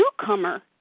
newcomer